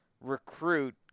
recruit